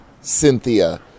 Cynthia